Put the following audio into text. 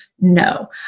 No